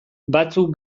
batzuk